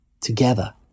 together